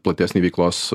platesnį veiklos